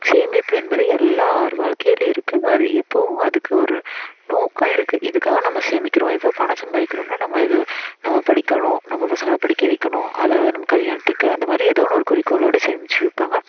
சேமிப்பு என்பது எல்லோர் வாழ்க்கையிலையும் இருக்குது அது எப்போதும் அதுக்கு ஒரு நோக்கம் இருக்குது இதுக்காக நம்ம சேமிக்கிறோம் இப்போது பணம் சம்பாதிக்கிறோம்னா நம்ம இது நம்ம படிக்கணும் நம்ம பசங்களை படிக்க வைக்கணும் அதாவது நம்ம கல்யாணத்துக்கு அந்த மாதிரி எதோ ஒன்று ஒரு குறிக்கோளோடு சேமிச்சு வைப்பாங்க